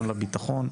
גם לביטחון.